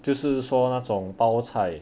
就是说那种包菜